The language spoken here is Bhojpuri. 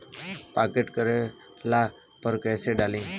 पॉकेट करेला पर कैसे डाली?